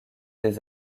des